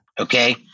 Okay